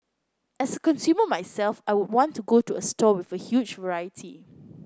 as a consumer myself I want to go to a store with a huge variety